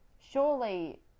surely